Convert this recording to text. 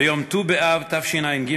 ביום ט"ו באב תשע"ג,